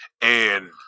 And-